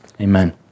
Amen